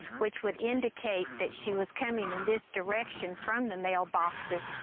which would indicate that she was coming in this direction from the mailboxes,